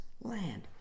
land